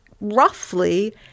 roughly